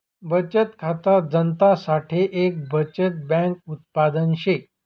बचत खाता जनता साठे एक बचत बैंक उत्पादन शे